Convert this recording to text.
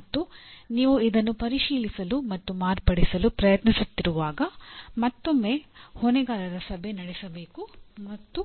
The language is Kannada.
ಮತ್ತು ನೀವು ಇದನ್ನು ಪರಿಶೀಲಿಸಲು ಮತ್ತು ಮಾರ್ಪಡಿಸಲು ಪ್ರಯತ್ನಿಸುತ್ತಿರುವಾಗ ಮತ್ತೊಮ್ಮೆ ಹೊಣೆಗಾರರ ಸಭೆ ನಡೆಸಬೇಕು ಮತ್ತು